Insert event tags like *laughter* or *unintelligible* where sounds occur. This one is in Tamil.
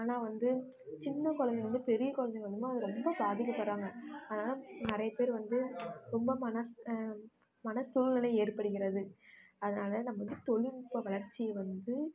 ஆனால் வந்து சின்ன குழந்தையில இருந்து பெரிய குழந்தைங்க *unintelligible* ரொம்ப பாதிக்கப்படுறாங்க அதனால நிறைய பேர் வந்து ரொம்ப மனது மன சூழ்நிலை ஏற்படுகிறது அதனால நம்ம வந்து தொழில் நுட்பம் வளர்ச்சியை வந்து